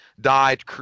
died